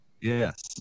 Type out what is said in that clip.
Yes